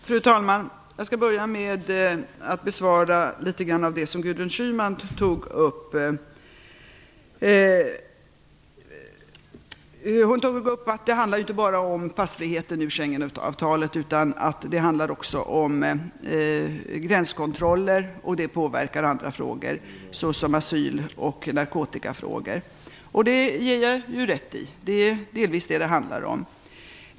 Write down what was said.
Fru talman! Jag skall börja med att kommentera litet grand av det som Gudrun Schyman tog upp. Hon tog upp att Schengenavtalet inte bara handlar om passfriheten utan också om gränskontroller, vilket påverkar andra frågor såsom asyl och narkotikafrågor. Det ger jag rätt i, för det är delvis vad det handlar om.